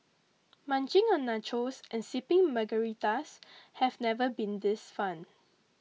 munching on nachos and sipping Margaritas have never been this fun